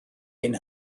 ein